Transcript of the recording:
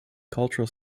cultural